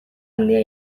handia